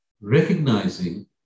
recognizing